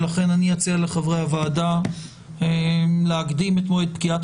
לכן אני אציע לחברי הוועדה להקדים את מועד פקיעת